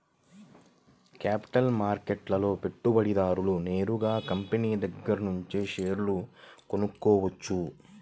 capital మార్కెట్లో పెట్టుబడిదారుడు నేరుగా కంపినీల దగ్గరనుంచే షేర్లు కొనుక్కోవచ్చు